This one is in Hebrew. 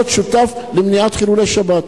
להיות שותף למניעת חילולי שבת.